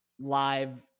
live